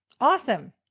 Awesome